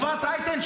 אפרת רייטן,